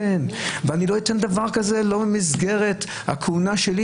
אתן במסגרת הכהונה שלי